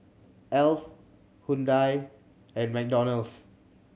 Alf Hyundai and McDonald's